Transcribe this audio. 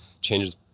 changes